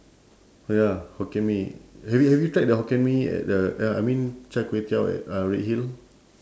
oh ya hokkien mee have you have you tried the hokkien mee at the uh I mean char kway teow at uh redhill